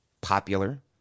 popular